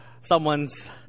someone's